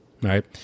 right